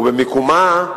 ובמיקומה,